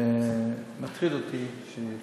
מטריד אותי שזה יוצא.